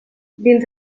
dins